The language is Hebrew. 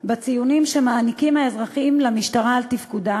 בציונים שמעניקים האזרחים למשטרה על תפקודה,